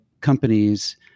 companies